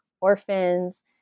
orphans